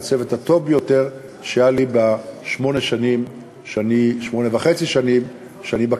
זה הצוות הטוב ביותר שהיה לי בשמונה השנים וחצי שאני בכנסת.